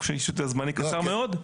פשוט זמני קצר מאוד.